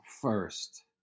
first